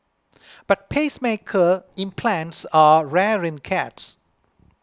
but pacemaker implants are rare in cats